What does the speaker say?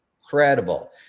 Incredible